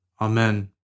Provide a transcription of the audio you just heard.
Amen